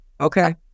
Okay